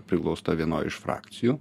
priglausta vienoj iš frakcijų